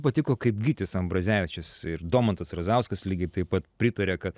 patiko kaip gytis ambrazevičius ir domantas razauskas lygiai taip pat pritarė kad